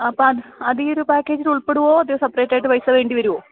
അപ്പോൾ അത് ഈ ഒരു പാക്കേജിൽ ഉൾപ്പെടുമോ അതോ സെപ്പറേറ്റ് ആയിട്ട് പൈസ വേണ്ടി വരുമോ